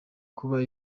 kuba